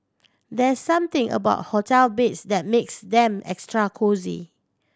there's something about hotel beds that makes them extra cosy